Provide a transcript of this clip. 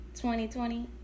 2020